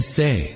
say